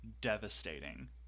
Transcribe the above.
devastating